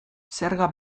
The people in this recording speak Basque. zerga